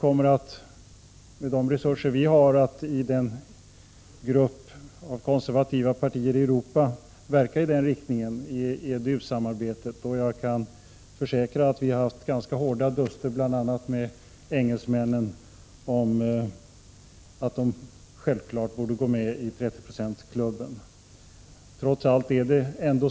Med de resurser vi har verkar vi i den riktningen inom EDU, sammanslutningen av konservativa partier i Europa. Jag kan försäkra att vi har haft ganska hårda duster bl.a. med engelsmännen om att de självfallet borde gå med i 30-procentsklubben.